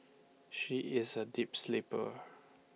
she is A deep sleeper